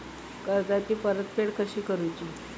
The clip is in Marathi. कर्जाची परतफेड कशी करुची?